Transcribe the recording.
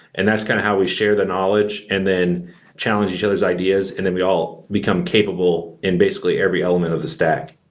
and that's kind of how we share the knowledge and then challenge each other s ideas and then we all become capable in basically every element of the stack.